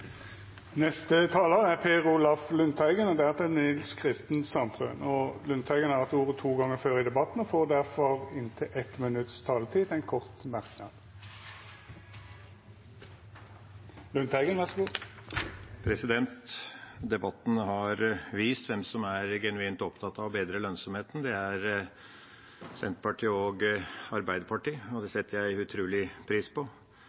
Per Olaf Lundteigen har hatt ordet to gonger tidlegare og får ordet til ein kort merknad, avgrensa til 1 minutt. Debatten har vist hvem som er genuint opptatt av å bedre lønnsomheten; det er Senterpartiet og Arbeiderpartiet, og det setter jeg utrolig stor pris på.